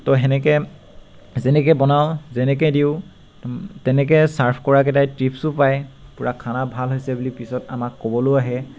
তো সেনেকৈ যেনেকৈ বনাওঁ যেনেকৈ দিওঁ তেনেকৈ ছাৰ্ভ কৰাকেইটাই টিপছো পাই পূৰা খানা ভাল হৈছে বুলি পিছত আমাক ক'বলৈও আহে